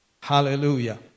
Hallelujah